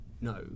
no